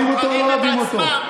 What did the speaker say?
אוהבים אותו או לא אוהבים אותו.